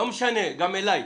לא משנה, גם אליי.